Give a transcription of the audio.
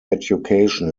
education